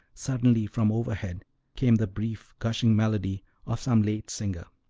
suddenly from overhead came the brief gushing melody of some late singer,